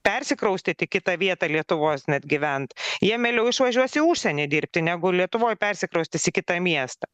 persikraustyt į kitą vietą lietuvos net gyvent jie mieliau išvažiuos į užsienį dirbti negu lietuvoj persikraustys į kitą miestą